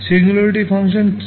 singularity function কি